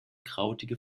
krautige